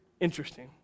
interesting